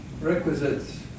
requisites